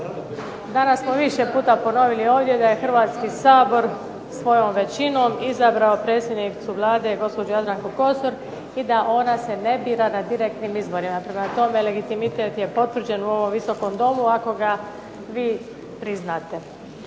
Danas smo više puta ponovili ovdje da je Hrvatski sabor svojom većinom izabrao predsjednicu Vlade gospođu Jadranku Kosor i da se ona ne bira na direktnim izborima. Prema tome, legitimitet je potvrđen u ovom Visokom domu ako ga vi priznate.